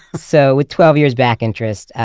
so with twelve years back interest,